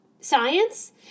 science